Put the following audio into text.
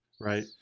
right